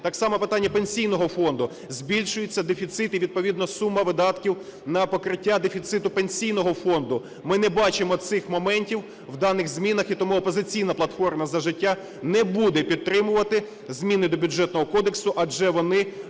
Так само питання Пенсійного фонду – збільшується дефіцит і відповідно сума видатків на покриття дефіциту Пенсійного фонду. Ми не бачимо цих моментів в даних змінах і тому "Опозиційна платформа – За життя" не буде підтримувати зміни до Бюджетного кодексу, адже вони